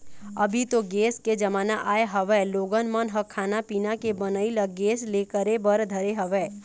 अभी तो गेस के जमाना आय हवय लोगन मन ह खाना पीना के बनई ल गेस ले करे बर धरे हवय